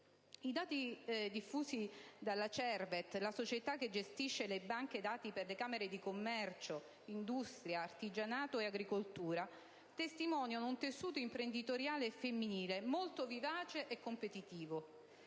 I dati diffusi dal Cerved, la società che gestisce le banche dati per le camere di commercio, industria, artigianato e agricoltura, testimoniano un tessuto imprenditoriale femminile molto vivace e competitivo,